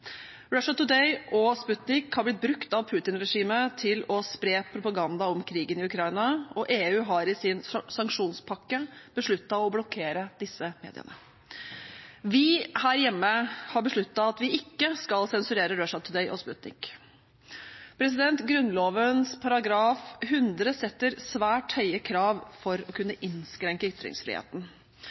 Today og Sputnik er blitt brukt av Putin-regimet til å spre propaganda om krigen i Ukraina, og EU har i sin sanksjonspakke besluttet å blokkere disse mediene. Vi her hjemme har besluttet at vi ikke skal sensurere Russia Today og Sputnik. Grunnloven § 100 setter svært høye krav for å kunne innskrenke ytringsfriheten,